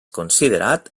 considerat